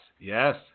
yes